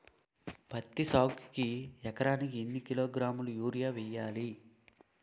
పత్తి సాగుకు ఎకరానికి ఎన్నికిలోగ్రాములా యూరియా వెయ్యాలి?